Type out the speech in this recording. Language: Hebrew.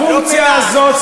הפונקציה הזאת,